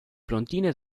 blondine